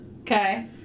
okay